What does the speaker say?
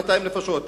1,200 נפשות,